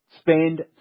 spend